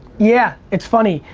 yeah it's funny.